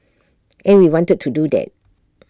and we wanted to do that